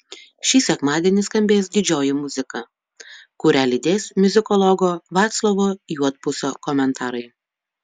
šį sekmadienį skambės didžioji muzika kurią lydės muzikologo vaclovo juodpusio komentarai